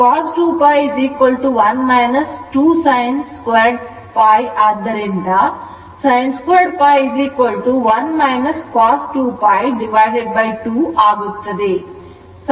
cos 2 1 2 sin 2 ಆದ್ದರಿಂದ sin 2 1 cos 2 2 ಆಗುತ್ತದೆ